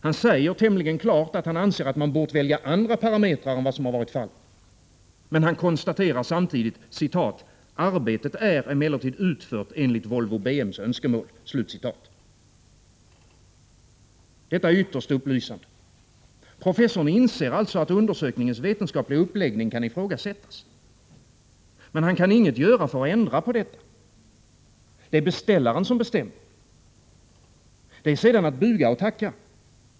Han säger tämligen klart att han anser att man borde ha valt andra parametrar än dem som man valt. Men han konstaterar samtidigt följande: ”Arbetet är emellertid utfört enligt Volvo BM:s önskemål.” Detta är ytterst upplysande. Professorn inser alltså att undersökningens vetenskapliga uppläggning kan ifrågasättas. Men han kan inget göra för att ändra på detta. Det är beställaren som bestämmer. Sedan är det bara att buga och tacka.